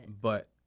But-